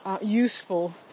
useful